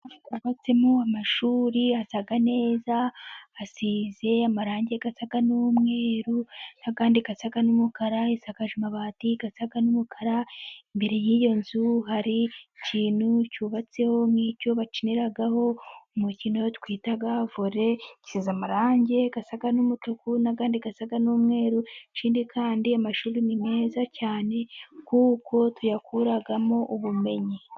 Twubatsemo amashuri asa neza, asize y'amarangi asa, n'umweru n'andi asa n'umukara . Asakaje amabati asa n'umukara, imbere y' iyo nzu hari ikintu cyubatse, nk' icyo bakiniraho umukino twita, vore gisize amarangi asa n'umutuku n'andi asa n'umweru. Ikindi kandi amashuri ni meza cyane kuko tuyakuramo ubumenyi.